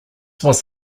was